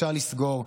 ואפשר לסגור,